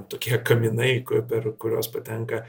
tokie kaminai kur per kuriuos patenka